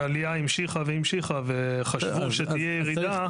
העלייה המשיכה והמשיכה וחשבו שתהיה ירידה.